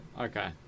Okay